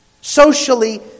Socially